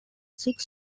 six